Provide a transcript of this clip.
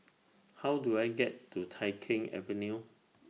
How Do I get to Tai Keng Avenue